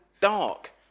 dark